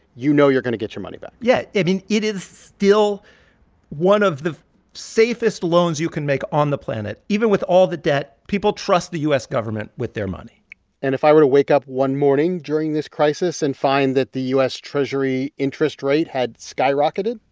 you know you're going to get your money back yeah. i mean, it is still one of the safest loans you can make on the planet. even with all the debt, people trust the u s. government with their money and if i were to wake up one morning during this crisis and find that the u s. treasury interest rate had skyrocketed?